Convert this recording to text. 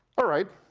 all right.